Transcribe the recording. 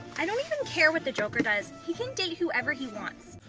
i don't even care what the joker does, he can date whoever he wants.